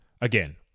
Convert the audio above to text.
Again